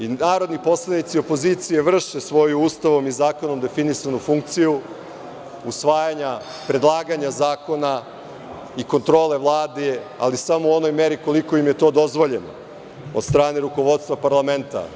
I narodni poslanici opozicije vrše svoju Ustavom i zakonom definisanu funkciju – usvajanja i predlaganja zakona i kontrole Vlade, ali samo u onoj meri koliko im je to dozvoljeno od strane rukovodstva parlamenta.